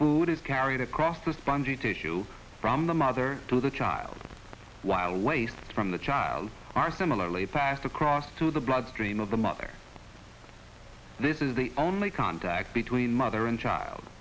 food is carried across the spongy tissue from the mother to the child while waste from the child are similarly path across to the bloodstream of the mother this is the only contact between mother and child